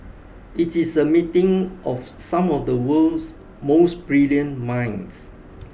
it is a meeting of some of the world's most brilliant minds